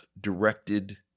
directed